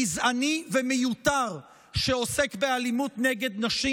גזעני ומיותר שעוסק באלימות נגד נשים,